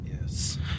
Yes